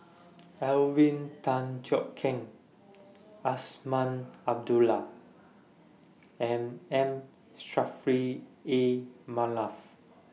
Alvin Tan Cheong Kheng Azman Abdullah and M Saffri A Manaf